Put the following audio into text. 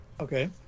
Okay